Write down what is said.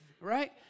right